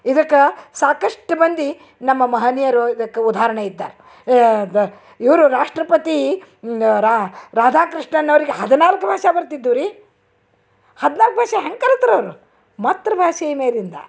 ಇದಕ್ಕೆ ಸಾಕಷ್ಟು ಮಂದಿ ನಮ್ಮ ಮಹನೀಯರು ಇದಕ್ಕೆ ಉದಾಹರ್ಣೆ ಇದ್ದಾರೆ ದ ಇವರು ರಾಷ್ಟ್ರಪತಿ ರಾಧಾಕೃಷ್ಣನ್ ಅವ್ರ್ಗೆ ಹದಿನಾಲ್ಕು ಭಾಷೆ ಬರ್ತಿದ್ದವು ರೀ ಹದಿನಾಲ್ಕು ಭಾಷೆ ಹೆಂಗೆ ಕಲ್ತ್ರು ಅವರು ಮಾತೃಭಾಷೆಯ ಮೇಲಿಂದ